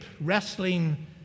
wrestling